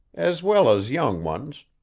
as well as young ones.